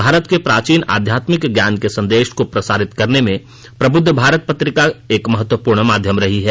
भारत के प्राचीन आध्यात्मिक ज्ञान के संदेश को प्रसारित करने में प्रबुद्ध भारत पत्रिका एक महत्वपूर्ण माध्यम रही है